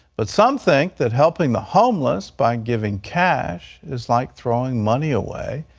but some think that helping the homeless by giving cash is like throwing money away,